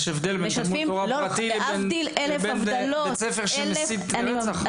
יש הבדל בין תלמוד תורה פרטי לבית ספר שמסית לרצח.